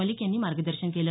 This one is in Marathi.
मलिक यांनी मार्गदर्शन केलं